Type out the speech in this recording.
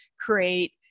create